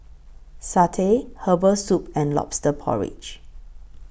Satay Herbal Soup and Lobster Porridge